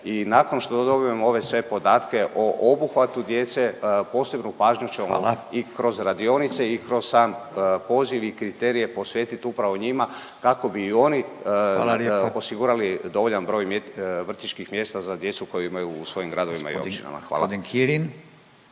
nakon što dobijemo ove sve podatke o obuhvatu djece posebnu pažnju će …/Upadica Furio Radin: Hvala./… i kroz radionice i kroz sam poziv i kriterije posvetiti upravo njima kako bi i oni …/Upadica Furio Radin: Hvala lijepo./… osigurali dovoljan broj vrtićkih mjesta za djecu koju imaju u svojim gradovima i općinama. Hvala.